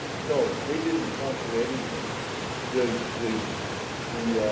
no, they didn't conquer anything the the the